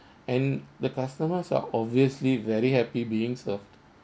and the customers are obviously very happy being served